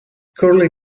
curly